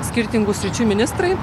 skirtingų sričių ministrai